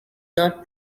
not